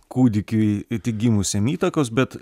kūdikiui tik gimusiam įtakos bet